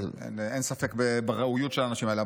אין ספק שראויים האנשים האלה.